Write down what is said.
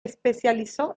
especializó